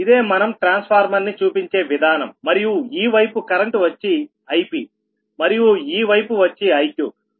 ఇదే మనం ట్రాన్స్ఫార్మర్ ని చూపించే విధానం మరియు ఈ వైపు కరెంటు వచ్చి Ipమరియు ఈ వైపు వచ్చి Iq